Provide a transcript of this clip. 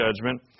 judgment